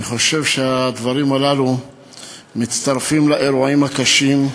אני חושב שהדברים הללו מצטרפים לאירועים הקשים.